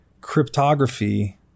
cryptography –